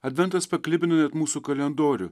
adventas paklibina net mūsų kalendorių